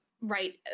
right